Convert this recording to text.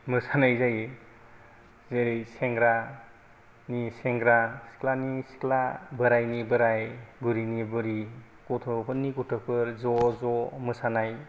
मोसानाय जायो जेरै सेंग्रानि सेंग्रा सिख्लानि सिख्ला बोराइनि बोराइ बुरैनि बुरै गथ'फोरनि गथ'फोर ज' ज' मोसानाय